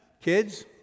kids